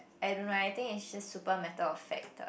I don't know I think it's just super matter of fact ah